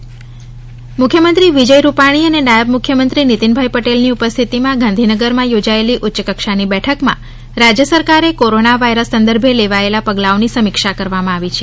corona સમીક્ષા બેઠક મુખ્યમંત્રી વિજય રૂપાણી અને નાયબ મુખ્યમંત્રી નીતીનભાઇ પટેલ ની ઉપસ્થિતિમાં ગાંધીનગરમાં યોજાયેલી ઉચ્યકક્ષાની બેઠકમાં રાજય સરકારે કોરોના વાયરસ સંદર્ભે લેવાયેલા પગલાંઓની સમીક્ષા કરવામાં આવી છે